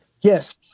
Yes